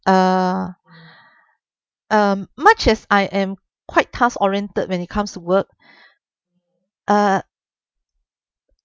uh um much as I am quite task oriented when it comes to work uh